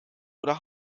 oder